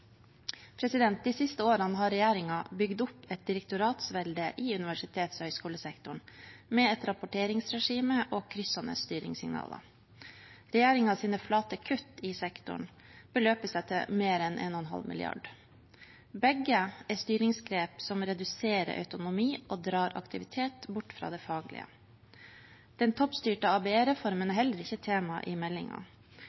De siste årene har regjeringen bygd opp et direktoratvelde i universitets- og høyskolesektoren med et rapporteringsregime og kryssende styringssignaler. Regjeringens flate kutt i sektoren beløper seg til mer enn 1,5 mrd. kr. Begge er styringsgrep som reduserer autonomi, og drar aktivitet bort fra det faglige. Den toppstyrte ABE-reformen er